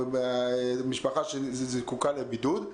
משפחה שזקוקה לבידוד.